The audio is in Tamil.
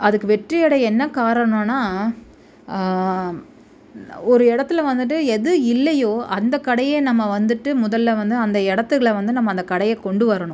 அதுக்கு வெற்றியடைய என்ன காரணம்ன்னா ஒரு இடத்துல வந்துவிட்டு எது இல்லையோ அந்த கடையை நம்ம வந்துவிட்டு முதலில் வந்து அந்த இடத்துல வந்து நம்ம அந்த கடையை கொண்டு வரணும்